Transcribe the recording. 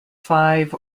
five